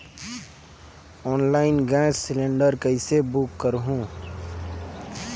Online gas cylinder कइसे book करहु?